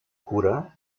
cura